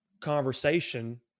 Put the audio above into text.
conversation